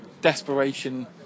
desperation